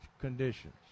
conditions